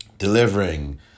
Delivering